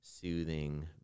soothing